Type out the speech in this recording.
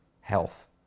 health